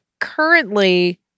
currently